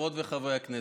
חברות וחברי הכנסת,